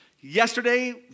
yesterday